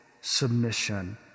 submission